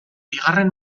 bigarren